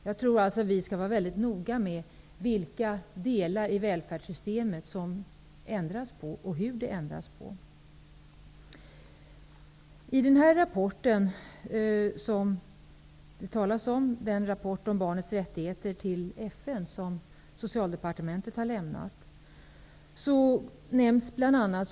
Jag tror att vi skall vara mycket noga med vilka delar i välfärdssystemet som förändras och hur de ändras. Socialdepartementet har lämnat, nämns bl.a.